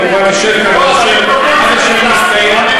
כמובן אשב כאן עד אשר יסתיים,